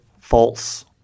false